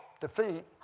defeat